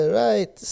right